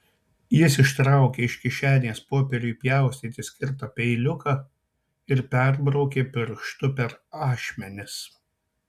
jis ištraukė iš kišenės popieriui pjaustyti skirtą peiliuką ir perbraukė pirštu per ašmenis